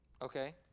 Okay